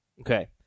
Okay